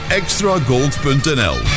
extragold.nl